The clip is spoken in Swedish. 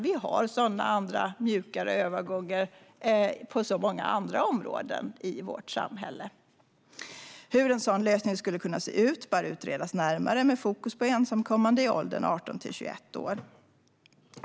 Vi har sådana mjukare övergångar på så många andra områden i vårt samhälle. Hur en sådan lösning skulle kunna se ut bör utredas närmare, med fokus på ensamkommande i åldern 18 till 21 år.